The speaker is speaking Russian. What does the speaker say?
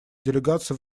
делегаций